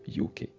UK